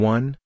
One